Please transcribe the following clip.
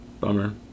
Bummer